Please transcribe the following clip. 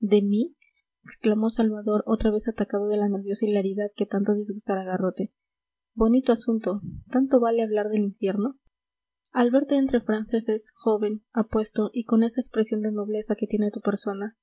mí exclamó salvador otra vez atacado de la nerviosa hilaridad que tanto disgustara a garrote bonito asunto tanto vale hablar del infierno al verte entre franceses joven apuesto y con esa expresión de nobleza que tiene tu persona